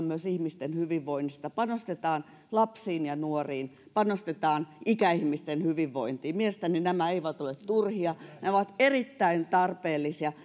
myös ihmisten hyvinvoinnista panostetaan lapsiin ja nuoriin panostetaan ikäihmisten hyvinvointiin mielestäni nämä eivät ole turhia vaan ne ovat erittäin tarpeellisia